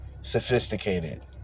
sophisticated